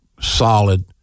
solid